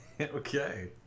Okay